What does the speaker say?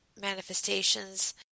manifestations